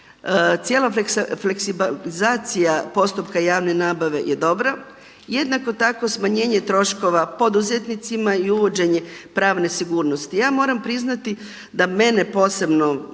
Cijela fleksibilizacija postupka javne nabave je dobra, jednako tako smanjenje troškova poduzetnicima i uvođenje pravne sigurnosti. Ja moram priznati da mene posebno